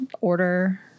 Order